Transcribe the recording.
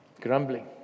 grumbling